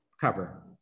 cover